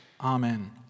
Amen